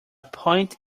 point